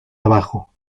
abajo